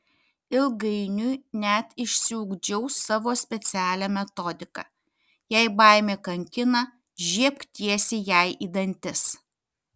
ilgainiui net išsiugdžiau savo specialią metodiką jei baimė kankina žiebk tiesiai jai į dantis